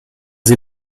sie